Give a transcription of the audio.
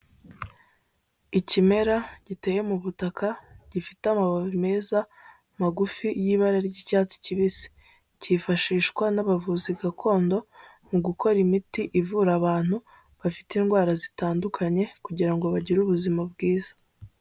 Ikimera giteye mu butaka gifite amababi meza magufi y'ibara ry'icyatsi kibisi, cyifashishwa n'abavuzi gakondo mu gukora imiti ivura abantu bafite indwara zitandukanye kugira ngo bagire ubuzima bwiza.